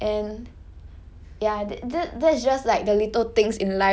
for ya and